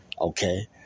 okay